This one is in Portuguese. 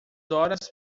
horas